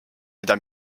mida